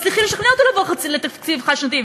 מצליחים לשכנע לעבור לתקציב חד-שנתי,